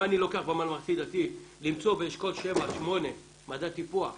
אם אני לוקח בממלכתי-דתי למצוא באשכול 7-8 מדד טיפוח,